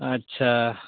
ᱟᱪᱪᱷᱟ